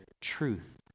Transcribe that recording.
truth